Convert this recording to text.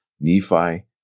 Nephi